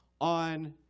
on